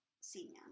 Senior